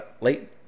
late